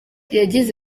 yagize